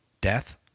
death